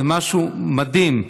זה משהו מדהים,